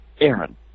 Aaron